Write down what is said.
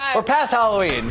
um pass all the